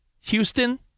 Houston